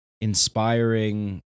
inspiring